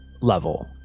level